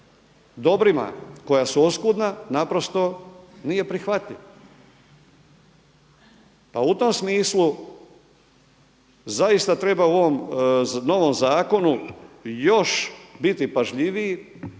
dobrima koja su oskudna naprosto nije prihvatljiv. Pa u tom smislu zaista treba u ovom novom zakonu još biti pažljiviji